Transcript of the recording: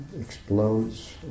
explodes